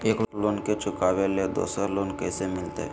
एक लोन के चुकाबे ले दोसर लोन कैसे मिलते?